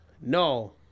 No